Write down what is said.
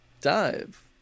dive